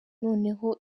noneho